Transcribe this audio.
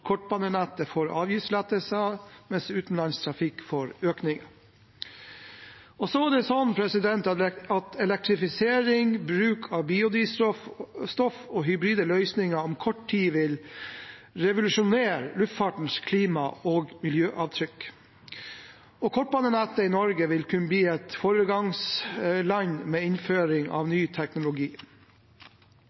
kortbanenettet får avgiftslettelser, mens utenlandstrafikk får økninger. Elektrifisering, bruk av biodrivstoff og hybride løsninger vil om kort tid revolusjonere luftfartens klima- og miljøavtrykk. Med kortbanenettet i Norge vil vi kunne bli et foregangsland med innføring av ny teknologi.